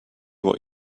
what